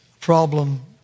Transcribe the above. problem